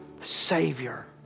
Savior